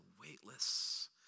weightless